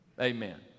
Amen